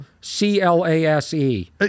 C-L-A-S-E